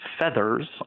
feathers